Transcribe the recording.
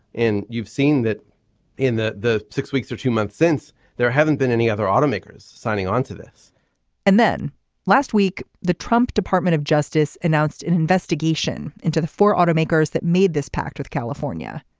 you've seen that in the the six weeks or two months since there haven't been any other automakers signing onto this and then last week the trump department of justice announced an investigation into the four automakers that made this pact with california.